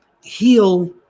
heal